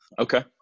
Okay